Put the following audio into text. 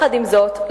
עם זאת,